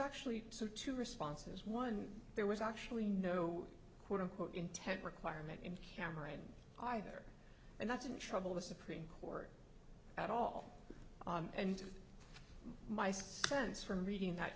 actually two responses one there was actually no quote unquote intent requirement in cameron either and that's in trouble the supreme court at all and my sense from reading that